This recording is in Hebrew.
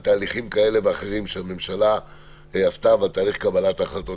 על תהליכים כאלה ואחרים שהממשלה עשתה ועל תהליך קבלת ההחלטות,